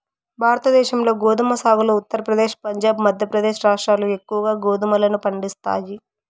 భారతదేశంలో గోధుమ సాగులో ఉత్తరప్రదేశ్, పంజాబ్, మధ్యప్రదేశ్ రాష్ట్రాలు ఎక్కువగా గోధుమలను పండిస్తాయి